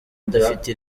adafite